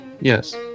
Yes